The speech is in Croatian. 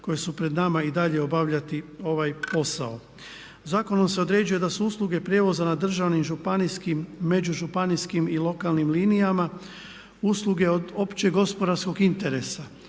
koji su pred nama i dalje obavljati ovaj posao. Zakonom se određuje da su usluge prijevoza na državnim županijskim, međužupanijskim i lokalnim linijama usluge od općeg gospodarskog interesa.